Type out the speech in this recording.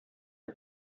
der